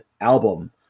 album